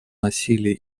насилии